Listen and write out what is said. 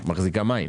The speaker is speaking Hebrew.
שמחזיקה מים.